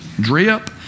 drip